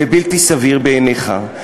זה בלתי סביר בעיניך,